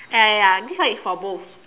ya ya ya this one is for both